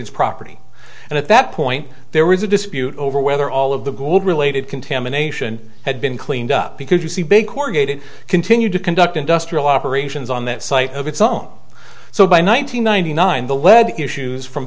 corrugated property and at that point there was a dispute over whether all of the gold related contamination had been cleaned up because you see big corrugated continued to conduct industrial operations on that site of its own so by one nine hundred ninety nine the lead issues from